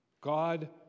God